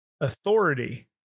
authority